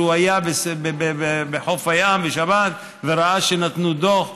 היה בחוף הים בשבת וראה שנתנו דוח,